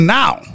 now